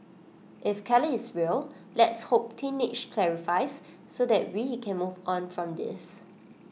if Kelly is real let's hope teenage clarifies so that we can move on from this